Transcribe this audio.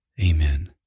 Amen